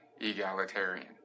egalitarian